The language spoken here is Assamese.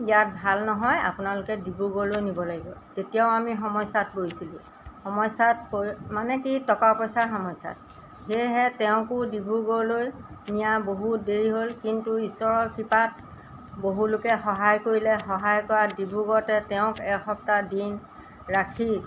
ইয়াত ভাল নহয় আপোনালোকে ডিব্ৰুগড়লৈ নিব লাগিব তেতিয়াও আমি সমস্যাত পৰিছিলোঁ সমস্যাত পৰি মানে কি টকা পইচাৰ সমস্যাত সেয়েহে তেওঁকো ডিব্ৰুগড়লৈ নিয়া বহুত দেৰি হ'ল কিন্তু ঈশ্বৰৰ কৃপাত বহুলোকে সহায় কৰিলে সহায় কৰাত ডিব্ৰুগড়তে তেওঁক এসপ্তাহ দিন ৰাখি